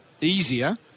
easier